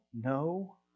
No